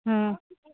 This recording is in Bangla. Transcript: হুম